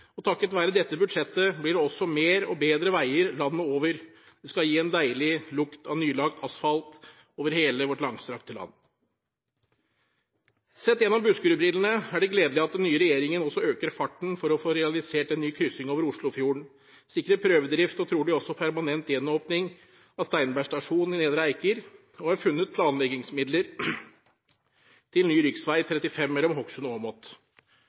og takket være dette budsjettet blir det også mer og bedre veier landet over, som skal gi en deilig lukt av nylagt asfalt over hele vårt langstrakte land. Sett gjennom Buskerud-brillene er det gledelig at den nye regjeringen også øker farten for å få realisert en ny kryssing over Oslofjorden, sikrer prøvedrift og trolig også permanent gjenåpning av Steinberg stasjon i Nedre Eiker, har funnet planleggingsmidler til ny rv. 35 mellom Hokksund og Åmot,